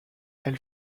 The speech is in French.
elle